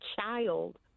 child